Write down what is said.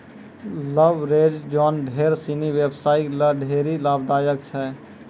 leveraged loan ढेर सिनी व्यवसायी ल ढेरी लाभदायक छै